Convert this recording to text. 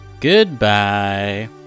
Goodbye